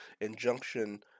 injunction